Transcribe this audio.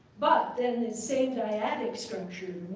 but then this same dyadic structure,